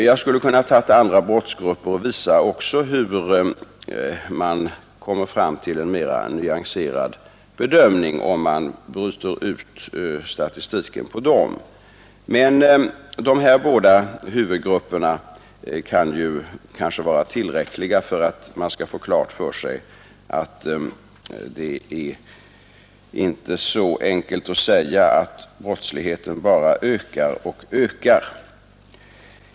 Jag skulle också beträffande andra brottsgrupper ha kunnat visa hur man kommer fram till en mer nyanserad bedömning om man bryter ut statistiken beträffande dem, men de här båda huvudgrupperna kan kanske vara tillräckliga för att man skall kunna få klart för sig att det hela inte är så enkelt att man kan säga att brottsligheten bara ökar och ökar.